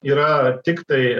yra tiktai